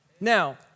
Now